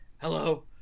Hello